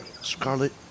Scarlet